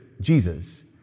Jesus